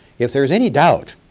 if there's any doubt,